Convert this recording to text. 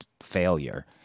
failure